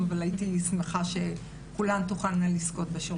הייתי שמחה שכולן תוכלנה לזכות בשירות.